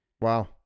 Wow